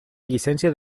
llicència